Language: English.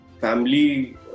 family